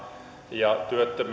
ja